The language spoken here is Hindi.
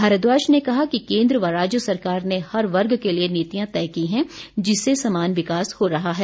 भारद्वाज ने कहा कि केन्द्र व राज्य सरकार ने हर वर्ग के लिए नीतियां तय की हैं जिससे समान विकास हो रहा है